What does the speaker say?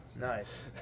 Nice